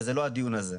וזה לא הדיון הזה.